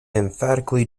emphatically